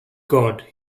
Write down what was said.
god